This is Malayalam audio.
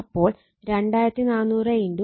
അപ്പോൾ 2400 0